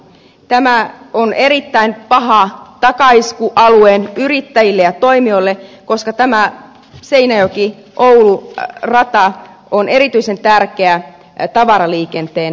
tämä on erittäin paha takaisku alueen yrittäjille ja toimijoille koska tämä seinäjokioulu rata on erityisen tärkeä tavaraliikenteen kuljetuksessa